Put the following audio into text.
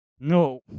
No